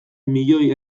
milioi